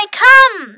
come